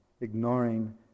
ignoring